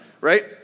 Right